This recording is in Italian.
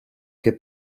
che